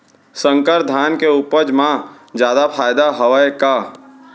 संकर धान के उपज मा जादा फायदा हवय का?